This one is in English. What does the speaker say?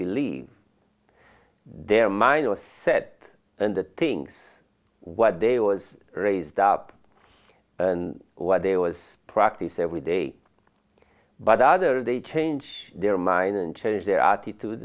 believe their mind or said and the things what they was raised up and what they was practice every day but other they change their mind and change their attitude